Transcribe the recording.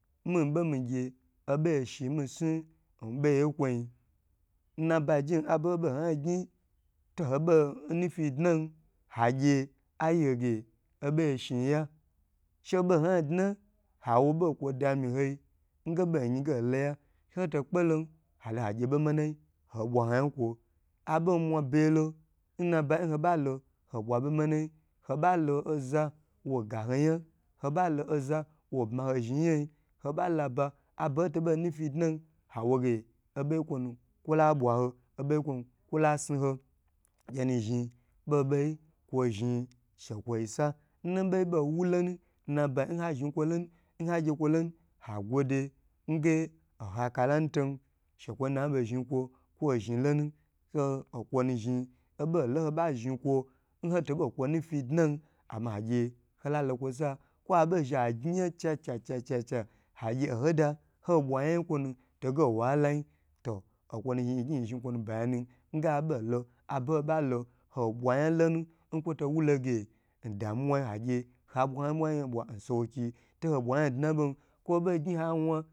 Mibe migye obo mi shi mi su nbeye ye kwo nnai jon aba ho bo ho yan sho to ho bo nnufi dna ha gya hayiho ge bo ho shirin ya she do ho dna awobo kwa dami ho nge boyi ge loya hoto kpelo halo haye ha gye bomanayi ho bwahoyan kwo abo mu begye nabayi nho balo ho bwa bo manayi hobo lo oza woga hoyan ho balo ho za wo bmaho zhin nyan yi ho ba laba aboho tobo nufi dna wo bo nukwo labwa ho awge oboyi kwonu kwala sni ho chinu zhin boboyi kwoni zhin she kwoya a nbo bowu lonu nnabayi ka zhin kwo lonu, ha gye kwo lonu ha gwode nge ohakalanuton shekwo nabo zhn kwo kwo zhn lonu so okwwo nu zhn obolonho ba zhn kwo ohotobo kwo nufi dna ama gye hola lokosa kwa aba agyi yan cha cha cha hagye cho da ho bwa yayin kwona toge nwaha lai okwoni zhi yigyi yi zhn kwonu bayani abolo ana balo ho bwa yan lon nkwoto wuloge ndamawayin hagye habwa nsowo kiyi to bwayan nda bon